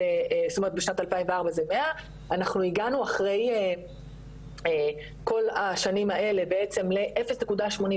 שבשנת 2004 זה 100. אנחנו הגענו אחרי כל השנים האלה בעצם ל- 0.88,